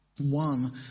one